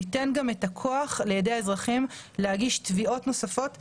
ניתן גם את הכוח לידי האזרחים להגיש תביעות נוספות כנגד.